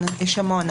יש המון.